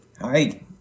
Hi